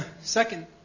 Second